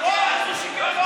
כמו אז, הוא שיקר, גם עכשיו.